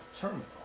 terminal